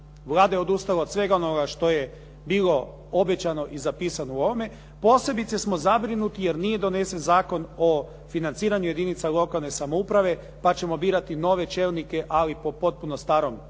Vlada je odustala od svega onog što je bilo obećano i zapisano u ovome, posebice smo zabrinuti jer nije donesen Zakon o financiranju jedinica lokalne samouprave, pa ćemo birati nove čelnike, ali po potpuno starom sustavu,